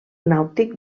nàutic